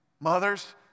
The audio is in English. Mothers